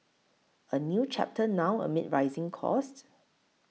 a new chapter now amid rising costs